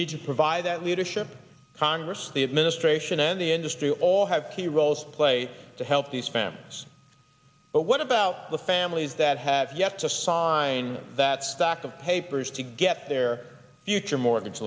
need to provide that leadership congress the administration and the industry all have key roles to play to help these families but what about the families that have yet to sign that stack of papers to get their future mortgage